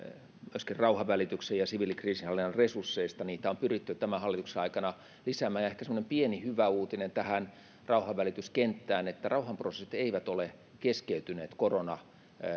rauhanvälityksen ja siviilikriisinhallinnan resursseista niitä on pyritty tämän hallituksen aikana lisäämään ehkä semmoinen pieni hyvä uutinen tähän rauhanvälityskenttään rauhanprosessit eivät ole keskeytyneet